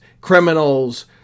Criminals